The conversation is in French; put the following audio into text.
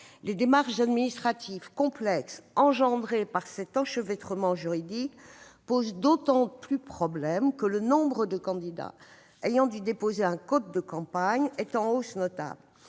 Les démarches administratives complexes créées par cet enchevêtrement juridique posent d'autant plus problème que le nombre de candidats ayant dû déposer un compte de campagne est en hausse notable.